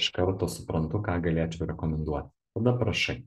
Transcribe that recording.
iš karto suprantu ką galėčiau rekomenduot tada parašai